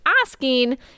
asking